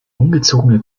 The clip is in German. ungezogene